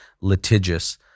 litigious